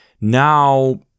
now